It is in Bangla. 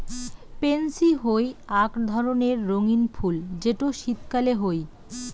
পেনসি হই আক ধরণের রঙ্গীন ফুল যেটো শীতকালে হই